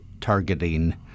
targeting